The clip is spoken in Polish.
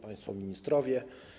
Państwo Ministrowie!